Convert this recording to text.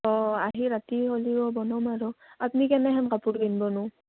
অঁ আহি ৰাতি হ'লেও বনম আৰু আপুনি কেনেহেন কাপোৰ কিনবনো